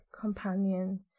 companion